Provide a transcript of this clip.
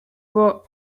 wore